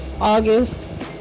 August